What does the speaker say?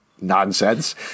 nonsense